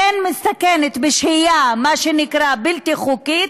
כן, מסתכנת בשהייה מה שנקרא "בלתי חוקית",